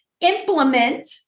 implement